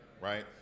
right